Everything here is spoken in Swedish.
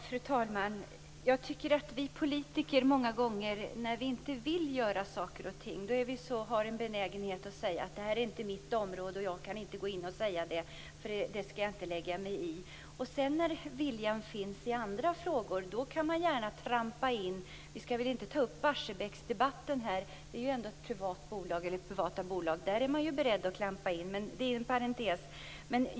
Fru talman! Många gånger när vi politiker inte vill göra saker och ting verkar vi ha en benägenhet att säga: Det här är inte mitt område. Jag kan inte gå in och säga något, för det här skall jag inte lägga mig i. Men när viljan finns i andra frågor kan man gärna trampa in. Vi skall kanske inte ta upp Barsebäcksdebatten här. Där är det ju fråga om privat ägda bolag. Men där är man beredd att klampa in; det är dock en parentes.